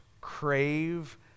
crave